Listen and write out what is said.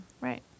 Right